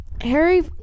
Harry